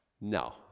No